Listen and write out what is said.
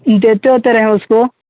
देते वेते रहें उसको